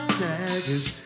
daggers